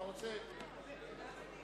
רשימת הדוברים